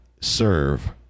serve